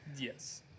Yes